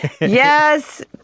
yes